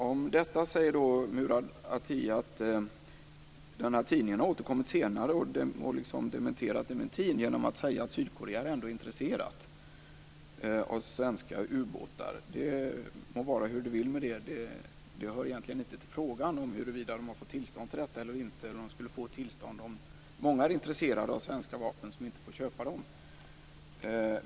Om detta säger Murad Artin att tidningen har återkommit senare och att den har dementerat dementin genom att säga att Sydkorea ändå är intresserat av svenska ubåtar. Det må vara hur det vill med det. Det hör egentligen inte till frågan om huruvida man har fått tillstånd till detta eller inte, eller ifall man skulle få tillstånd om många som inte får köpa svenska vapen är intresserade av dem.